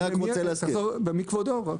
מי כבודו?